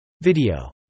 Video